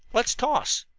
let's toss.